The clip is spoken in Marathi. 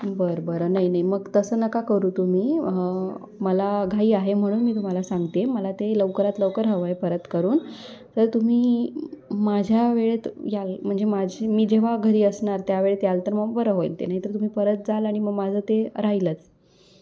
बरं बरं नाही नाही मग तसं नका करू तुम्ही मला घाई आहे म्हणून मी तुम्हाला सांगते मला ते लवकरात लवकर हवं आहे परत करून तर तुम्ही माझ्या वेळेत याल म्हणजे माझे मी जेव्हा घरी असणार त्या वेळेत याल तर मग बरं होईल ते नाही तर तुम्ही परत जाल आणि मग माझं ते राहीलंच